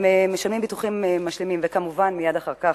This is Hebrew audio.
הם משלמים ביטוחים משלימים, וכמובן מייד אחר כך,